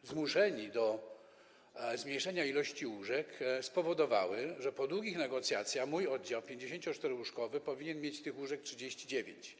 tu zmuszeni do zmniejszenia ilości łóżek - spowodowały, że po długich negocjacjach mój oddział 54-łóżkowy powinien mieć tych łóżek 39.